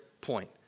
point